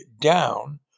down